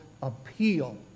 Appeal